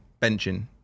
benching